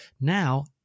Now